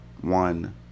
one